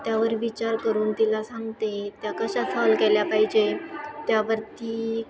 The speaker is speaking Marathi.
त्यावर विचार करून तिला सांगते त्या कशा सॉल केल्या पाहिजे त्यावर ती